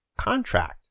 contract